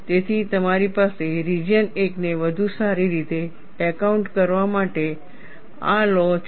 તેથી તમારી પાસે રિજિયન 1ને વધુ સારી રીતે એકાઉન્ટ કરવા માટે આ લૉ છે